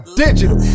digital